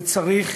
וצריך